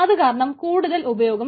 അത്കാരണം കൂടുതൽ ഉപയോഗം